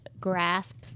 grasp